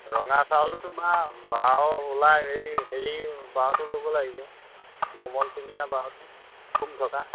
ৰঙা চাউলটো তোমাৰ বাও ওলা হেৰি হেৰি বাওটো ল'ব লাগিব মমনচিঙীয়া বাওটো কোন থকা